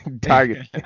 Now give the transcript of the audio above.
target